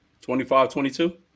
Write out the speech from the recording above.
25-22